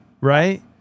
Right